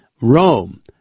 rome